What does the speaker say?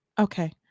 okay